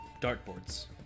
dartboards